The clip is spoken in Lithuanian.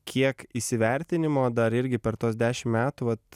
kiek įsivertinimo dar irgi per tuos dešim metų vat